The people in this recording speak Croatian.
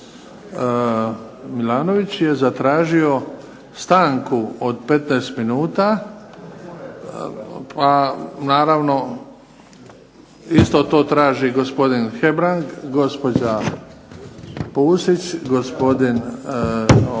Milanović je zatražio stanku od 15 minuta pa naravno isto to traži i gospodin Hebrang, gospođa Pusić, gospodin